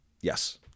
Yes